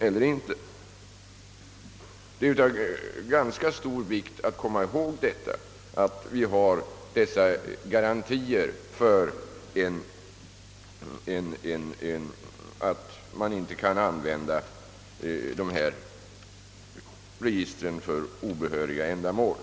Det är av ganska stor vikt att komma ihåg att vi har dessa garantier för att registren inte kan användas för obehöriga ändamål.